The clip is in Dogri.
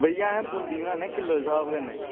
भैया अस बूंदी बनाने किलो दे स्हाब कन्नै